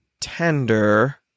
tender